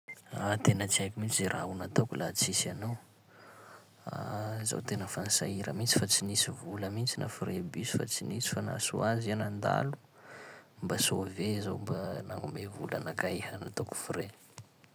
Aah tena tsy haiko mitsy zay raha ho nataoko laha tsisy anao, aah zaho tena fa nisahira mitsy fa tsy nisy vola mihitsy na frais bus fa tsy nisy fa nahasoa azy iha nandalo, mba sauvé zaho, mba nagnome vola anakay iha nataoko frais.